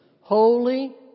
holy